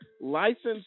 licensed